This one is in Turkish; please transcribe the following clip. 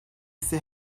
ise